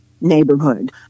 neighborhood